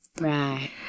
Right